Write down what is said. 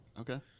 Okay